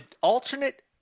alternate